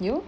you